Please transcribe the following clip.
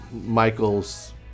Michael's